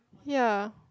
ya